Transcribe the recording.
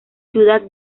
ciudad